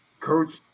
Coach